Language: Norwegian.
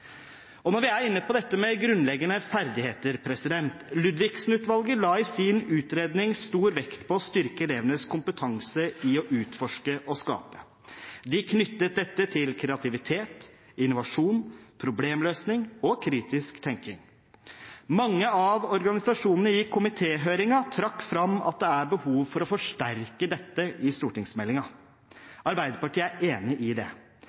Når vi er inne på grunnleggende ferdigheter: Ludvigsen-utvalget la i sin utredning stor vekt på å styrke elevenes kompetanse i å utforske og skape. De knyttet dette til kreativitet, innovasjon, problemløsning og kritisk tenkning. Mange av organisasjonene i komitéhøringen trakk fram at det er behov for å forsterke dette i stortingsmeldingen. Arbeiderpartiet er enig i det.